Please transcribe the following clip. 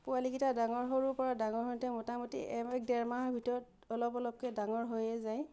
পোৱালিকেইটা ডাঙৰ সৰুৰপৰা ডাঙৰ হওঁতে মোটামুটি এক ডেৰমাহ ভিতৰত অলপ অলপকৈ ডাঙৰ হৈয়ে যায়